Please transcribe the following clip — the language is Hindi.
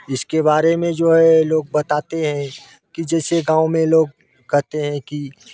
इसके बारे में जो है लोग बताते हैं कि जैसे गाँव में लोग कहते हैं कि